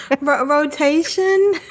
Rotation